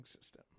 system